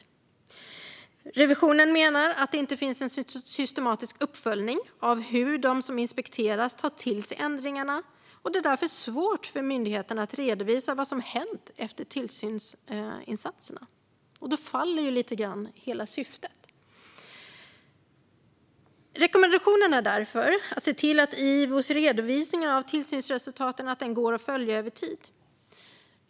Riksrevisionen menar att det inte finns någon systematisk uppföljning av hur de som inspekteras tar till sig ändringarna och att det därför är svårt för myndigheten att redovisa vad som hänt efter tillsynsinsatserna. Då faller lite grann hela syftet. Rekommendationen är därför att se till att IVO:s redovisning av tillsynsresultaten går att följa över tid.